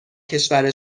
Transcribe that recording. کشور